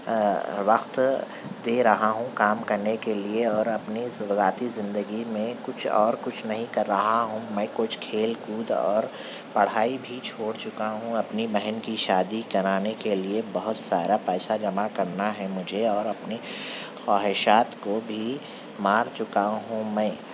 وقت دے رہا ہوں کام کرنے کے لیے اور اپنی ذاتی زندگی میں کچھ اور کچھ نہیں کر رہا ہوں میں کچھ کھیل کود اور پڑھائی بھی چھوڑ چکا ہوں اپنی بہن کی شادی کرانے کے لیے بہت سارا پیسہ جما کرنا ہے مجھے اور اپنی خواہشات کو بھی مار چکا ہوں میں